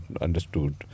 understood